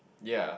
yea